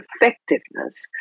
effectiveness